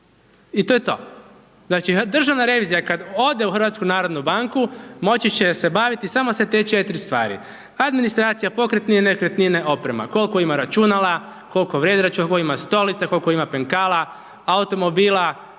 i to je to. Znači državna revizija i kad ode u HNB moći će se baviti samo sa te 4 stvari, administracija, pokretnine, nekretnine, oprema, koliko ima računala, koliko …/nerazumljivo/… kolko ima stolica, kolko ima penkala, automobila,